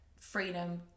freedom